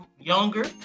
younger